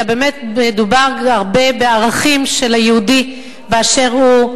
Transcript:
אלא מדובר הרבה בערכים של היהודי באשר הוא.